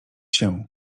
się